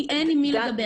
כי אין עם מי לדבר.